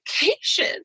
vacation